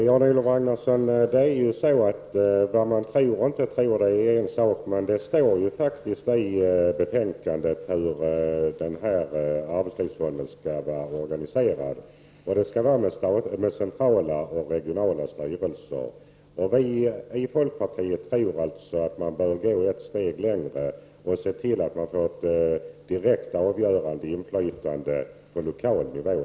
Herr talman! Vad man tror och inte tror är en sak, Jan-Olof Ragnarsson. Men det står faktiskt i betänkandet hur arbetslivsfonden skall vara organiserad, och det skall finnas centrala och regionala styrelser. Vi i folkpartiet anser att man bör gå ett steg längre och se till att man får ett direkt avgörande inflytande på lokal nivå.